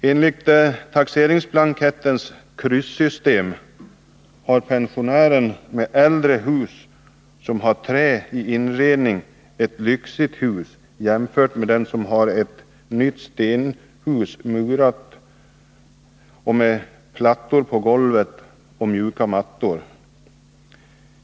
Enligt taxeringsblankettens kryssystem har pensionären med ett äldre hus med trä i inredningen ett lyxigt hus jämfört med den som har ett murat hus av sten med plattor och mjuka mattor på golvet.